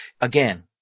again